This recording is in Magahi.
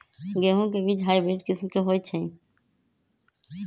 गेंहू के बीज हाइब्रिड किस्म के होई छई?